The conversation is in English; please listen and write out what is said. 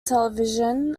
television